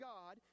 God